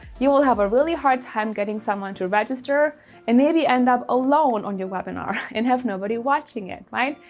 you will have a really hard time getting someone to register and they'll be end up alone on your webinar and have nobody watching it, right?